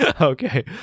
Okay